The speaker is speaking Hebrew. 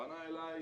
פנה אלי,